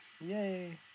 yay